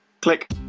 Click